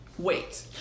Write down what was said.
Wait